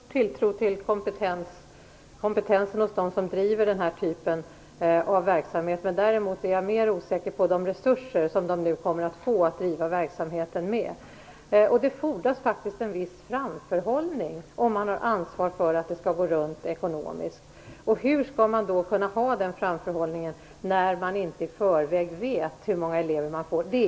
Fru talman! Jag har stor tilltro till kompetensen hos dem som driver den här typen av verksamhet. Däremot är jag mer osäker beträffande de resurser som de nu kommer att få för att driva verksamheten med. Det fordras faktiskt en viss framförhållning när man har ansvar för att det hela skall gå runt ekonomiskt. Hur skall man kunna ha den framförhållningen när man inte i förväg vet hur många elever som man kommer att få?